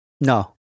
No